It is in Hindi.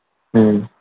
ह्म्म